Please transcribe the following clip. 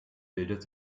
bildet